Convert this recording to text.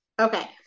okay